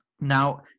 Now